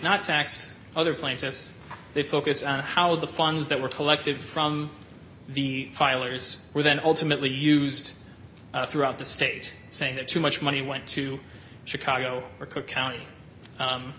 not tax other plaintiffs they focus on how the funds that were collected from the filers were then ultimately used throughout the state saying that too much money went to chicago or cook county